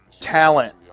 Talent